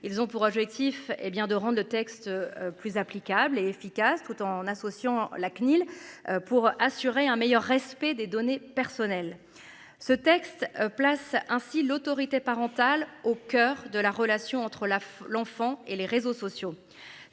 Ils ont pour objectif est bien de rendre le texte. Plus applicable et efficace tout en associant la CNIL. Pour assurer un meilleur respect des données personnelles. Ce texte place ainsi l'autorité parentale au coeur de la relation entre la l'enfant et les réseaux sociaux